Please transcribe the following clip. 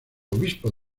obispo